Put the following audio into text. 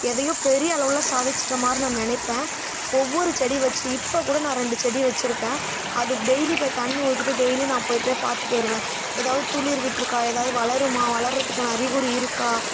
எதையோ பெரிய அளவில் சாதிச்சிவிட்ட மாதிரி நான் நினைப்பேன் ஒவ்வொரு செடி வச்சி இப்போ கூட நான் ரெண்டு செடி வச்சிருக்கேன் அது டெய்லி போய் தண்ணி ஊற்றிட்டு டெய்லி நான் போய் போய் பார்த்துட்டு வருவேன் எதாவது துளிர் விட்டுருக்கா எதாவது வளருமா வளர்றத்துக்கான அறிகுறி இருக்கா